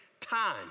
time